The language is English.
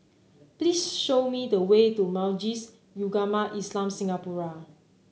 please show me the way to Majlis Ugama Islam Singapura